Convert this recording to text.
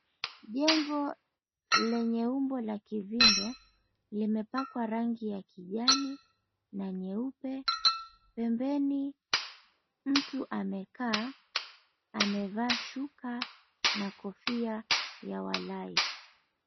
Jengo lenye umbo la kivimbe limepakwa rangi ya kijani na nyeupe, pembeni mtu amekaa amevaa shuka na kofia la walahi.